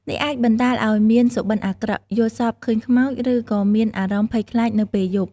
នេះអាចបណ្ដាលឱ្យមាន សុបិន្តអាក្រក់ យល់សប្ដិឃើញខ្មោច ឬក៏មានអារម្មណ៍ភ័យខ្លាចនៅពេលយប់។